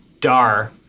Dar